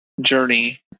journey